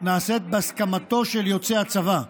נעשית בהסכמתו של יוצא הצבא.